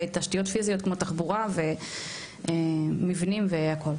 ותשתיות פיזיות כמו תחבורה ומבנים והכל.